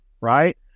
right